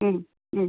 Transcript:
ம் ம்